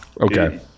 Okay